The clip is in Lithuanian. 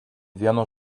vieno